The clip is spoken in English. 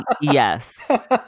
yes